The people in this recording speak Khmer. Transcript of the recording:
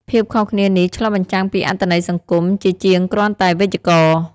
ភាពខុសគ្នានេះឆ្លុះបញ្ចាំងពីអត្ថន័យសង្គម ជាជាងគ្រាន់តែវេយ្យាករណ៍។